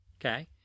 Okay